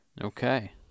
Okay